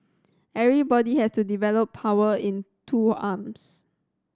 everybody has to develop power in two arms